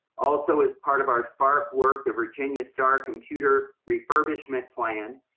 also, as part of our spark work, the virginia star computer refurbishment plan,